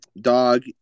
Dog